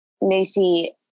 Lucy